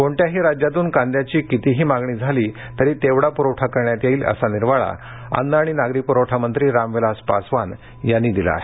कोणत्याही राज्यातून कांद्याची कितीही मागणी झाली तरी तेवढा प्रवठा करण्यात येईल असा निर्वाळा अन्न आणि नागरी प्रवठामंत्री रामविलास पासवान यांनी दिला आहे